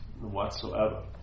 whatsoever